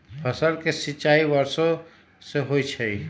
फसल के सिंचाई वर्षो से होई छई